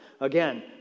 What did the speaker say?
Again